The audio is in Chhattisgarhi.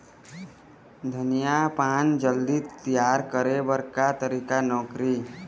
धनिया पान जल्दी तियार करे बर का तरीका नोकरी?